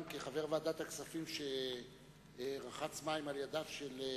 גם כחבר ועדת הכספים שיצק מים על ידיו של ג'ומס,